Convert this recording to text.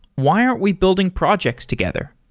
why aren't we building projects together?